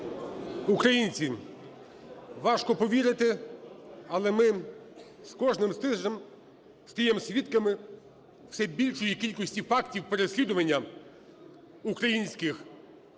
Українці, важко повірити, але ми з кожним тижнем стаємо свідками все більшої кількості фактів переслідування українських атошників,